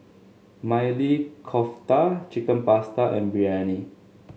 Maili Kofta Chicken Pasta and Biryani